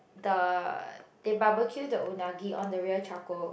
the they barbeque the unagi on the real charcoal